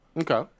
Okay